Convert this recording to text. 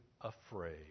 afraid